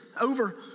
over